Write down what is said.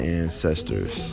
ancestors